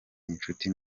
inshuti